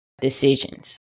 decisions